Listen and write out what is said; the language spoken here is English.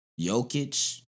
Jokic